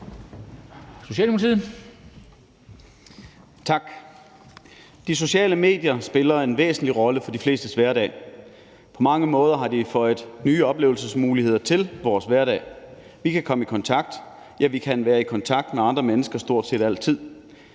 Malte Larsen (S): Tak. De sociale medier spiller en væsentlig rolle i de flestes hverdag. På mange måder har de føjet nye oplevelsesmuligheder til vores hverdag. Vi kan komme i kontakt, ja, vi kan være i kontakt med andre mennesker stort set altid.